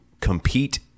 compete